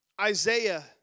Isaiah